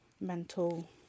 mental